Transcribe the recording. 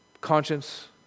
conscience